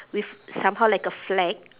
with somehow like a flag